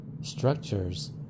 structures